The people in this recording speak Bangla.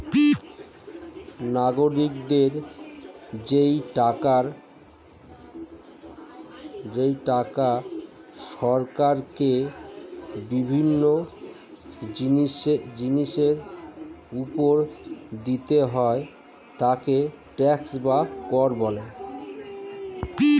নাগরিকদের যেই টাকাটা সরকারকে বিভিন্ন জিনিসের উপর দিতে হয় তাকে ট্যাক্স বা কর বলে